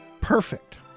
Perfect